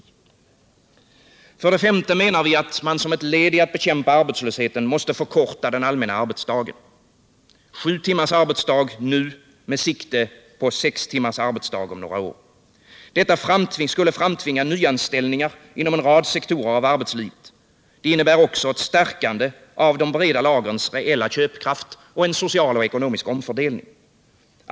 I programmets femte punkt menar vi att man som ett led i att bekämpa arbetslösheten måste förkorta den allmänna arbetsdagen — sju timmars arbetsdag nu med sikte på sex timmars arbetsdag om några år. Detta skulle framtvinga nyanställningar inom en rad sektorer av arbetslivet. Det innebär också ett stärkande av de breda lagrens reella köpkraft och en social och ekonomisk omfördelning.